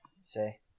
say